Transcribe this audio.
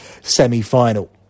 semi-final